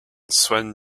sun